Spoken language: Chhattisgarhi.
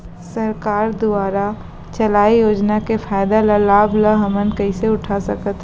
सरकार दुवारा चलाये योजना के फायदा ल लाभ ल हमन कइसे उठा सकथन?